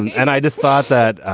and i just thought that.